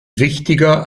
wichtiger